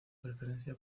preferencia